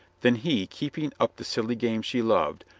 then he, keeping up the silly game she loved,